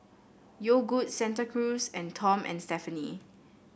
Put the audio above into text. Yogood Santa Cruz and Tom and Stephanie